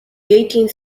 eighteenth